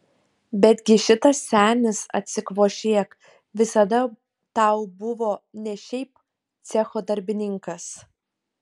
betgi šitas senis atsikvošėk visada tau buvo ne šiaip cecho darbininkas